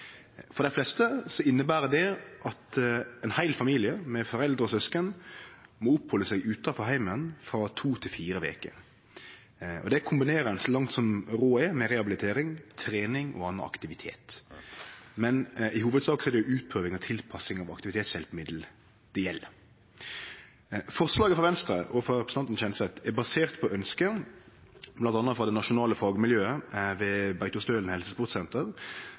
For dei fleste inneber det at ein heil familie, med foreldre og søsken, må opphalde seg utanfor heimen frå to til fire veker. Det kombinerer ein så langt som råd er, med rehabilitering, trening og annan aktivitet. Men i hovudsak er det utprøving og tilpassing av aktivitetshjelpemiddel det gjeld. Forslaget frå Venstre og representanten Kjenseth er basert på ønsket bl.a. frå det nasjonale fagmiljøet ved Beitostølen helsesportsenter